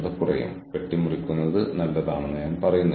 നിങ്ങളിൽ എത്ര പേർ സിനിമാ മേഖലയിൽ ഉണ്ടെന്ന് എനിക്കറിയില്ല